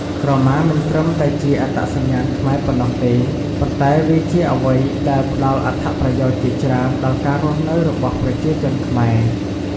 ក្រមាមិនត្រឹមតែជាអត្តសញ្ញាណខ្មែរប៉ុណ្ណោះទេ ប៉ុន្តែវាជាអ្វីមួយដែលផ្ដល់អត្ថប្រយោជន៍ជាច្រើនដល់ការរស់នៅរបស់ប្រជាជនខ្មែរ។